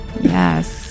Yes